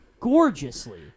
Gorgeously